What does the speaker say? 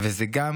וזה גם